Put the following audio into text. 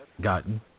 gotten